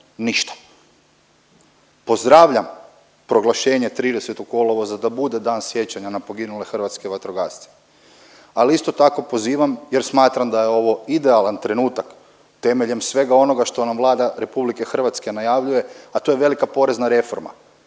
ništa. Pozdravljam proglašenje 30. kolovoza da bude „Dan sjećanja na poginule hrvatske vatrogasce“, ali isto tako pozivam jer smatram da je ovo idealan trenutak temeljem svega onoga što nam Vlada RH najavljuje, a to je velika porezna reforma.